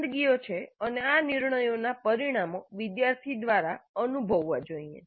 પસંદગીઓ છે અને આ નિર્ણયોના પરિણામો વિદ્યાર્થી દ્વારા અનુભવવા જોઈએ